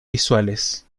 visuales